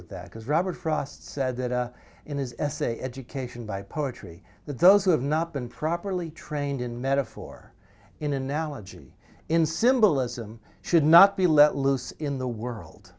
with that because robert frost said that in his essay education by poetry that those who have not been properly trained in metaphor in analogy in symbolism should not be let loose in the world